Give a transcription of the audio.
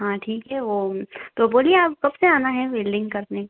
हाँ ठीक है वो तो बोलिए आप कब से आना है वेल्डिंग करने